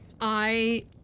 I